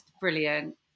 brilliant